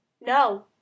no